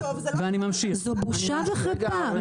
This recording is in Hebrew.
-- תקשיב לי טוב -- זאת בושה וחרפה.